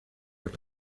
your